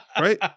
Right